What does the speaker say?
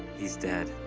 he's dead.